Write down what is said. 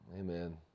Amen